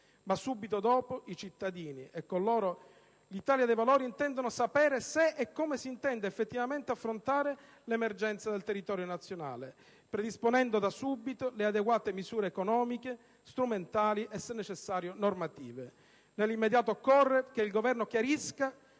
Ma subito dopo i cittadini, e con loro l'Italia dei Valori, intendono sapere se e come si intenda effettivamente affrontare l'emergenza del territorio nazionale, predisponendo da subito le adeguate misure economiche, strumentali e, se necessario, normative. Nell'immediato, occorre che il Governo chiarisca